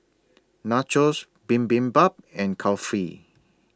Nachos Bibimbap and Kulfi